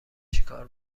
چیکار